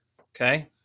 Okay